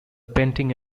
painting